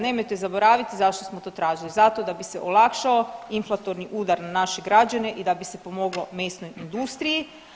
Nemojte zaboraviti zašto smo to tražili, zato da bi se olakšao inflatorni udar na naše građane i da bi se pomoglo mesnoj industriji.